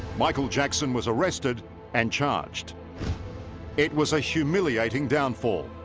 michael jackson was arrested and charged it was a humiliating downfall.